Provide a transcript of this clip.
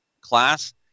class